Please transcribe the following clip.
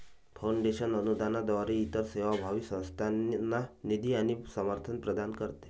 foundation अनुदानाद्वारे इतर सेवाभावी संस्थांना निधी आणि समर्थन प्रदान करते